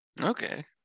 Okay